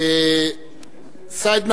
סעיד נפאע.